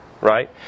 Right